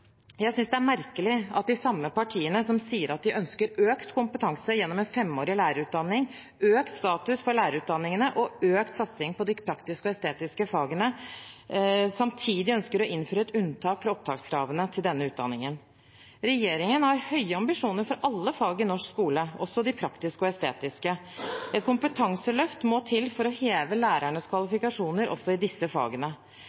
Jeg synes det er merkelig at de samme partiene som sier at de ønsker økt kompetanse gjennom en femårig lærerutdanning, økt status for lærerutdanningene og økt satsing på de praktiske og estetiske fagene, samtidig ønsker å innføre et unntak fra opptakskravene til denne utdanningen. Regjeringen har høye ambisjoner for alle fag i norsk skole, også de praktiske og estetiske. Et kompetanseløft må til for å heve lærernes